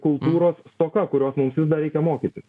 kultūros stoka kurios mums vis dar reikia mokytis